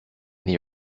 the